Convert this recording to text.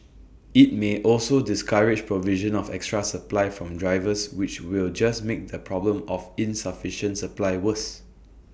IT may also discourage provision of extra supply from drivers which will just make the problem of insufficient supply worse